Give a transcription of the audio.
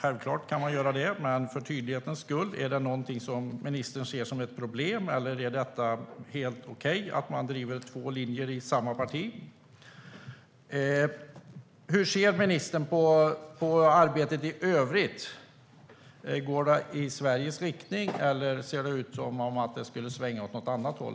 Självklart kan man göra det, men för tydlighets skull: Är det något som ministern ser som ett problem, eller är det helt okej? Hur ser ministern på arbetet i övrigt - går det i Sveriges riktning, eller ser det ut att svänga åt något annat håll?